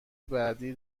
بعدی